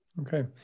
okay